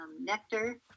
nectar